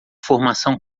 formação